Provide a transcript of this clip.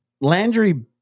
Landry –